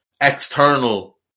external